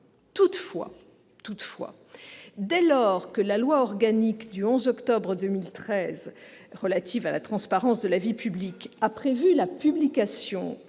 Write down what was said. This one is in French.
Toutefois, dès lors que la loi organique [...] du 11 octobre 2013 relative à la transparence de la vie publique a prévu la publication,